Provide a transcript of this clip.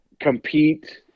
compete